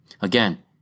Again